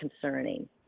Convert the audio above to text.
concerning